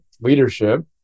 leadership